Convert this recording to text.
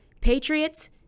Patriots